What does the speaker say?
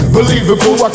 Believable